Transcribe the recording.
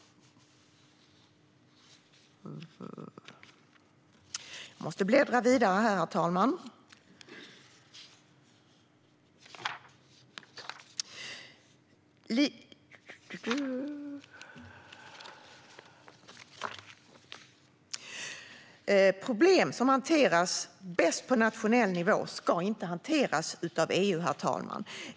Problem som hanteras bäst på nationell nivå ska inte hanteras av EU, herr talman.